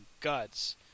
guts